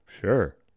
Sure